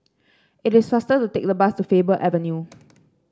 it is faster to take the bus to Faber Avenue